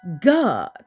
God